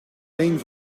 een